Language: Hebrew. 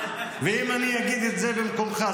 ואם אני אגיד את זה במקומך,